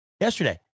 Yesterday